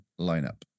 lineup